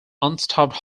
unstaffed